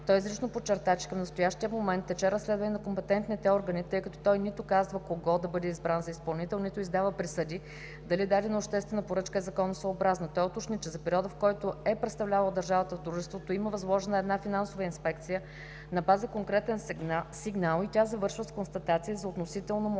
Той изрично подчерта, че към настоящия момент тече разследване на компетентните органи, тъй като той нито казва кой да бъде избран за изпълнител, нито издава присъди дали дадена обществена поръчка е законосъобразна. Той уточни, че за периода, в който е представлявал държавата в дружеството, има възложена една финансова инспекция на база конкретен сигнал и тя е завършила с констатации за относително маломерни